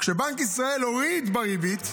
כשבנק ישראל הוריד את הריבית,